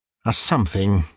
a something,